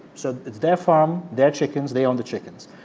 so it's their farm, their chickens. they own the chickens.